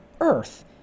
earth